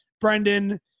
Brendan